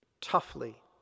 toughly